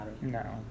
No